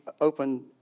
open